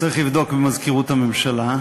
צריך לבדוק במזכירות הממשלה.